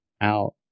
out